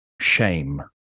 Shame